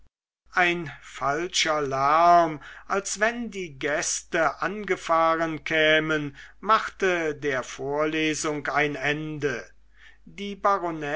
ein falscher lärm als wenn die gäste angefahren kämen machte der vorstellung ein ende die